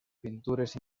pintures